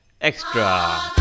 Extra